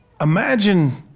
imagine